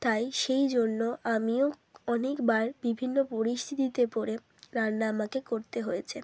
তাই সেই জন্য আমিও অনেকবার বিভিন্ন পরিস্থিতিতে পড়ে রান্না আমাকে করতে হয়েছে